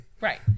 Right